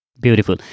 Beautiful